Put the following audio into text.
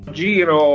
giro